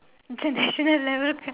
it's national level